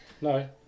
No